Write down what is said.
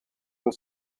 los